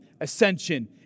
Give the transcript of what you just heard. ascension